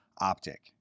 optic